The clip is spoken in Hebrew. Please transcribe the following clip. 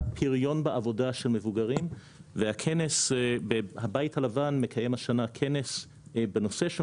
הפריון בעבודה של מבוגרים והכנס הבית הלבן מקיים השנה כנס בנושא של